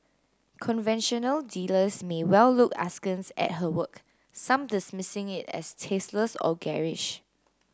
conventional dealers may well look askance at her work some dismissing it as tasteless or garish